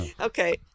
okay